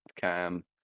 cam